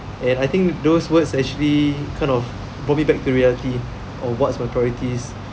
and I think those words actually kind of brought me back to reality of what's my priorities